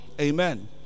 Amen